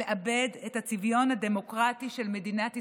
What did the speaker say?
העם מפחד לאבד את הצביון הדמוקרטי של מדינת ישראל,